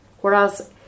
whereas